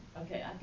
Okay